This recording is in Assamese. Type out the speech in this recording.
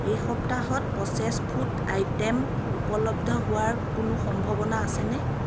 এই সপ্তাহত প্ৰচে'ছড ফুড আইটেম উপলব্ধ হোৱাৰ কোনো সম্ভাৱনা আছেনে